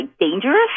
dangerous